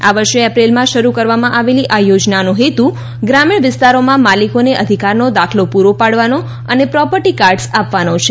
આ વર્ષે એપ્રિલમાં શરૂ કરવામાં આવેલી આ યોજનાનો હેતુ ગ્રામીણ વિસ્તારોમાં માલિકોને અધિકારનો દાખલો પૂરો પાડવાનો અને પ્રોપર્ટી કાર્ડ્સ આપવાનો છે